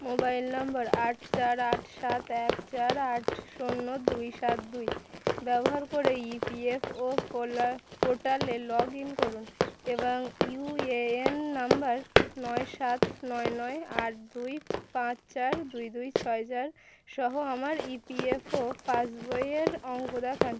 mobile number আট চার আট সাত এক চার আট শূন্য দুই সাত দুই ব্যবহার করে ইপিএফও পোলা পোর্টালে লগ ইন করুন এবং ইউএএন নম্বর নয় সাত নয় নয় আট দুই পাঁচ চার দুই দুই ছয় চার সহ আমার ইপিএফও পাসবইয়ের অঙ্ক দেখান